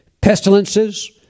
pestilences